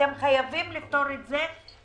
אתם חייבים לפתור את זה בחקיקה.